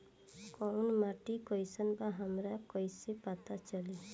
कोउन माटी कई सन बा हमरा कई से पता चली?